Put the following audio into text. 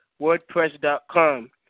WordPress.com